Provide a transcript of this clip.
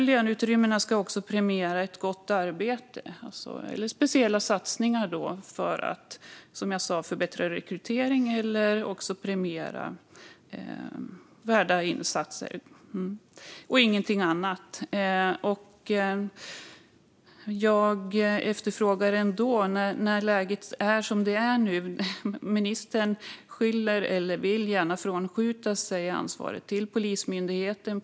Löneutrymmet ska också gå till att premiera ett gott arbete och värdefulla insatser eller till speciella satsningar för att, som jag sa, förbättra rekryteringen - ingenting annat. Ministern vill gärna frånskjuta sig ansvaret till Polismyndigheten.